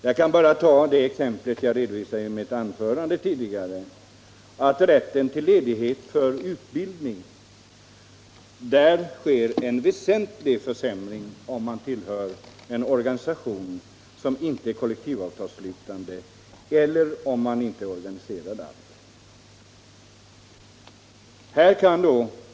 Jag kan bara ta det exempel som jag redovisade i mitt anförande tidigare, nämligen rätten till ledighet för utbildning, där det blir en väsentlig försämring om man tillhör en organisation som inte är kollektivavtalsslutande, eller om man inte är organiserad alls.